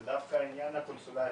זה דווקא העניין הקונסולרי,